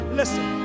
Listen